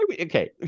okay